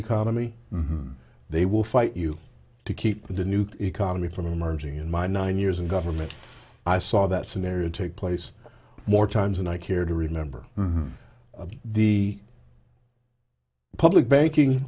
economy they will fight you to keep the new economy from emerging in my nine years in government i saw that scenario take place more times than i care to remember the public banking